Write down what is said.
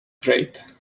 great